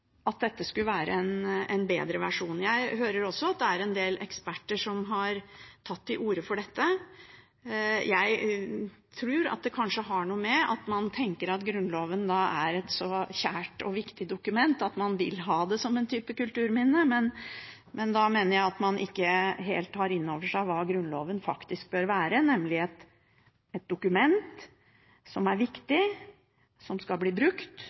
at dette skulle være en bedre versjon. Jeg hører også at det er en del eksperter som har tatt til orde for dette. Jeg tror det kanskje har å gjøre med at man tenker at Grunnloven er et så kjært og viktig dokument at man vil ha det som en type kulturminne, men da mener jeg at man ikke helt tar inn over seg hva Grunnloven faktisk bør være, nemlig et dokument som er viktig, som skal bli brukt,